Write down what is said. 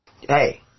...hey